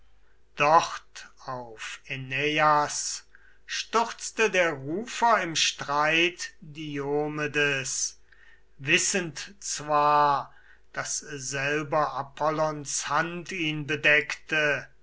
dort auf äneias stürzte der rufer im streit diomedes wissend zwar daß selber apollons hand ihn bedeckte